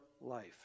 life